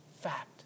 fact